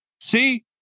See